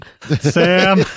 Sam